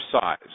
size